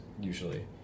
usually